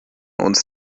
uns